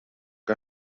que